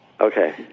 Okay